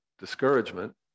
discouragement